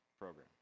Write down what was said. program